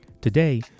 Today